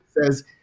says